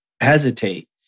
hesitate